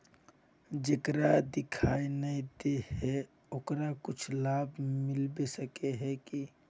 जेकरा दिखाय नय दे है ओकरा कुछ लाभ मिलबे सके है की?